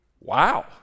Wow